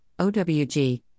OWG